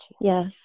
Yes